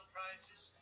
Prizes